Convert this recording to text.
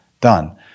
done